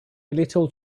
little